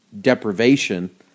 deprivation